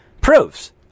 proves